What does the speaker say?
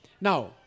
Now